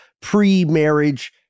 pre-marriage